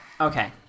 Okay